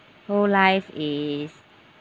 whole life is